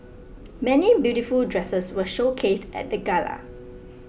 many beautiful dresses were showcased at the gala